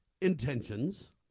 intentions